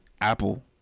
apple